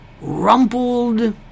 rumpled